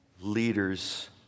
leader's